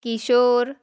Kishore